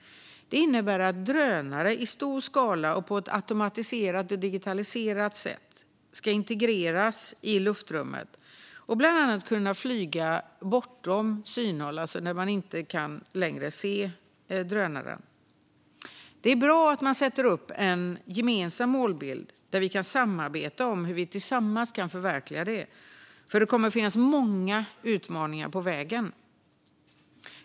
Det innebär att drönare i stor skala och på ett automatiserat och digitaliserat sätt ska integreras i luftrummet, bland annat flyga bortom synhåll, det vill säga där man inte längre kan se drönaren. Det är bra att man sätter upp en gemensam målbild som vi kan samarbeta om hur vi tillsammans kan förverkliga, för det kommer att finns många utmaningar på vägen.